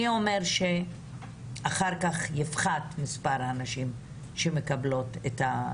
מי אומר שאחר כך מספר הנשים שמקבלות יפחת,